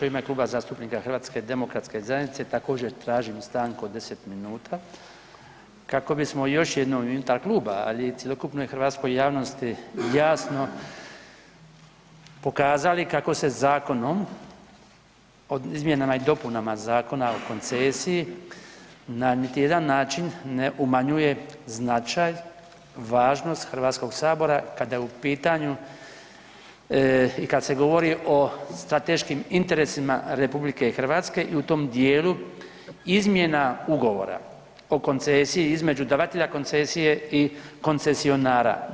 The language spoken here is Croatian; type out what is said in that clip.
U ime Kluba zastupnika HDZ-a također tražim stanku od 10 minuta kako bismo još jednom unutar kluba, ali i cjelokupnoj hrvatskoj javnosti jasno pokazali kako se zakonom o izmjenama i dopunama Zakona o koncesiji na niti jedan način ne umanjuje značaj, važnost HS-a kada je u pitanju i kada se govori o strateškim interesima RH i u tom dijelu izmjena ugovora o koncesiji između davatelja koncesije i koncesionara.